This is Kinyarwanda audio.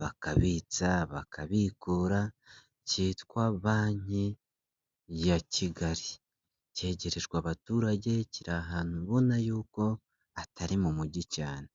bakabitsa, bakabikura cyitwa Banki ya Kigali, kegerejwe abaturage, kiri ahantu ubona yuko atari mu mugi cyane.